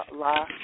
La